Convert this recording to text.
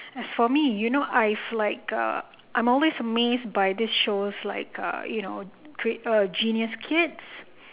as for me you know I've like uh I'm always amazed by this shows like uh you know uh genius kids